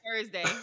Thursday